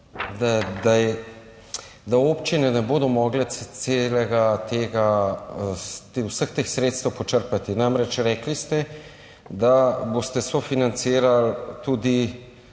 da občine ne bodo mogle vseh teh sredstev počrpati. Namreč rekli ste, da boste sofinancirali tudi